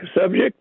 subject